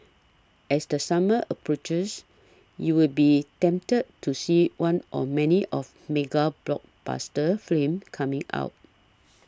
as the summer approaches you will be tempted to see one or many of mega blockbuster films coming out